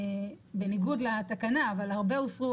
בניגוד לתקנה, אבל הרבה הוסרו.